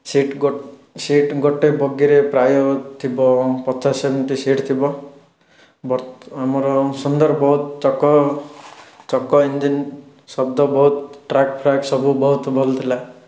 seat ଗୋଟ seat ଗୋଟେ ବଗିରେ ପ୍ରାୟ ଥିବ ପଚାଶ ଏମିତି ସିଟ୍ ଥିବ ବର୍ତ୍ତ ଆମର ସୁନ୍ଦର ବହୁତ ଚକ ଚକ ଇଞ୍ଜିନ୍ ଶବ୍ଦ ବହୁତ ଟ୍ରାକ୍ଫ୍ରାକ୍ ସବୁ ବହୁତ ଭଲ ଥିଲା